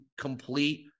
complete